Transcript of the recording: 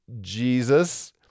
Jesus